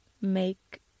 make